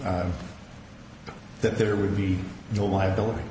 that there would be no liability